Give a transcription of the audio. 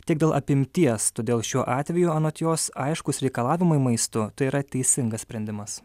tiek dėl apimties todėl šiuo atveju anot jos aiškūs reikalavimai maistu tai yra teisingas sprendimas